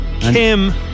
Kim